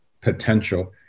potential